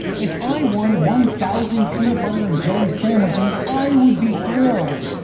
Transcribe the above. if i won one thousand peanut butter and jelly sandwiches, i would be thrilled.